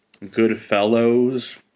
Goodfellas